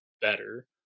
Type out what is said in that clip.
better